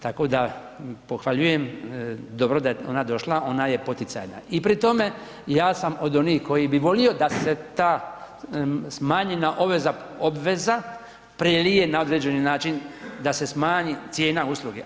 Tako da pohvaljujem, dobro da je ona došla, ona je poticajna i pri tome ja sam od onih koji bi volio da se ta smanji na ove za, obveza prelije na određeni način, da se smanji cijena usluge.